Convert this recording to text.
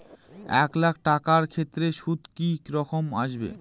এক লাখ টাকার ক্ষেত্রে সুদ কি রকম আসবে?